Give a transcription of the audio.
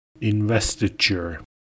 Investiture